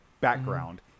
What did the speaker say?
background